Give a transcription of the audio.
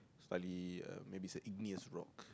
slightly uh maybe is a igneous rock